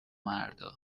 مردا